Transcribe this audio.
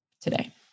today